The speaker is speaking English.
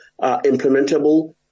implementable